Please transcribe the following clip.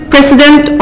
President